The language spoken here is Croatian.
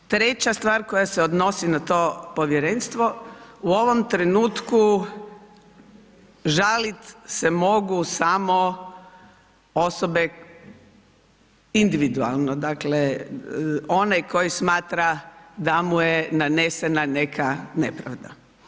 Treća stvar koja se odnosi na to povjerenstvo, u ovom trenutku žalit se mogu samo osobe individualno, dakle onaj koji smatra da mu je nanesena neka nepravda.